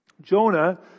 Jonah